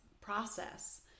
process